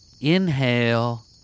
inhale